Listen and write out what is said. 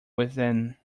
within